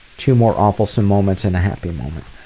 two more awefulsome moments and a happy moment.